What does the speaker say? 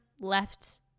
left